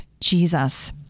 Jesus